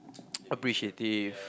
appreciative